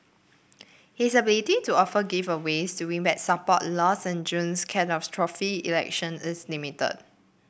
his ability to offer giveaways to win back support lost in June's catastrophic election is limited